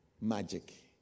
magic